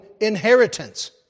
inheritance